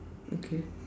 okay